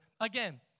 Again